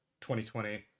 2020